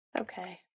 Okay